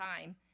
time